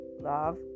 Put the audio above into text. Love